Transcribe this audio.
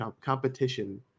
competition